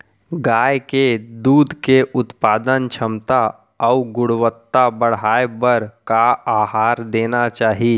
गाय के दूध के उत्पादन क्षमता अऊ गुणवत्ता बढ़ाये बर का आहार देना चाही?